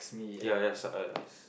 ya ya so uh